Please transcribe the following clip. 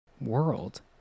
world